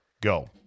Go